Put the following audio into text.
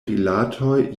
rilatoj